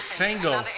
single